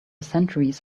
centuries